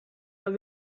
are